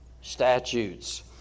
statutes